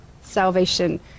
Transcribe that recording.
salvation